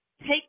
take